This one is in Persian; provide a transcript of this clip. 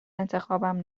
انتخابم